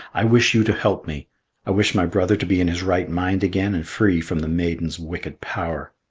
i wish you to help me i wish my brother to be in his right mind again and free from the maiden's wicked power.